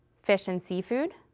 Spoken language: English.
fish and seafood,